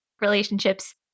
relationships